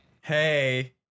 Hey